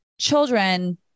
children